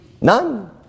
None